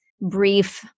brief